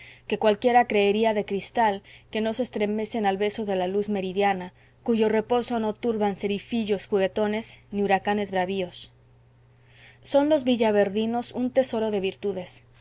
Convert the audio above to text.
que cualquiera creería de cristal que no se estremecen al beso de la luz meridiana cuyo reposo no turban cefirillos juguetones ni huracanes bravíos son los villaverdinos un tesoro de virtudes